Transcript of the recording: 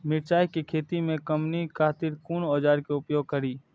मिरचाई के खेती में कमनी खातिर कुन औजार के प्रयोग करी?